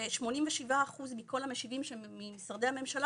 לפיו 87 אחוזים מכל המשיבים מתוך משרדי הממשלה